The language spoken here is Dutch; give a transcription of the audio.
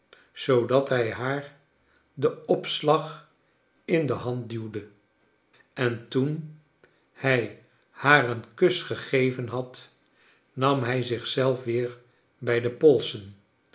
zoodat hij haar den opslag in de hand duwde en toen hij haar een kus gegeven had nam hij zich zelf weer bij de polsen